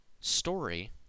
Story